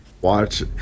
watch